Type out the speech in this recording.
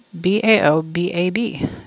B-A-O-B-A-B